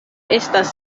estas